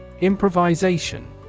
Improvisation